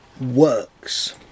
works